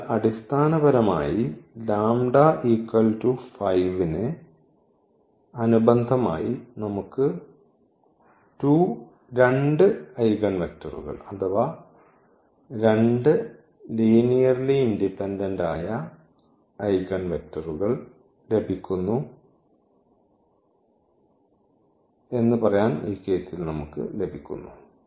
അതിനാൽ അടിസ്ഥാനപരമായി λ 5 ന് അനുബന്ധമായി നമുക്ക് 2 ഐഗൺവെക്ടറുകൾ അഥവാ 2 രേഖീയമായി സ്വതന്ത്രമായ ഐഗൺവെക്ടറുകൾ ലഭിക്കുന്നു എന്ന് പറയാൻ ഈ കേസിൽ നമുക്ക് ലഭിക്കുന്നു